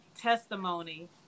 testimony